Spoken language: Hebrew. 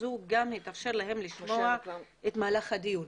זו גם התאפשר להם לשמוע את מהלך הדיון".